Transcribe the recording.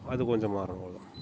அது கொஞ்சம் மாறணும்